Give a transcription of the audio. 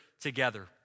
together